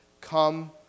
Come